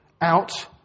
out